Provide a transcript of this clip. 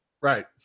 right